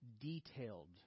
detailed